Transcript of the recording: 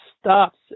stops